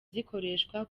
zikoreshwa